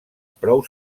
prou